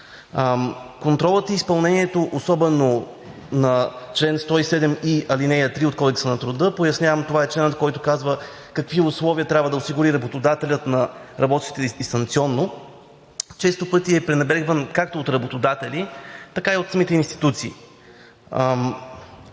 Контролът и изпълнението, особено на чл. 107и, ал. 3 от Кодекса на труда – пояснявам, това е членът, който казва какви условия трябва да осигури работодателят на работещите дистанционно, често пъти е пренебрегван както от работодатели, така и от самите институции.